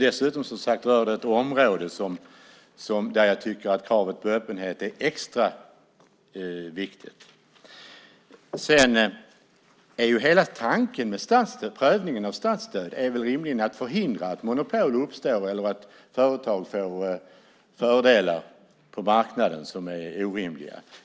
Dessutom är det ett område där jag tycker att kravet på öppenhet är extra viktigt. Hela tanken med prövningen av statsstöd är väl rimligen att förhindra att monopol uppstår eller att företag får fördelar på marknaden som är orimliga.